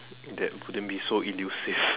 that wouldn't be so elusive